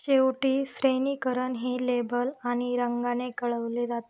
शेवटी श्रेणीकरण हे लेबल आणि रंगाने कळवले जात